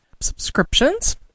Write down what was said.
Subscriptions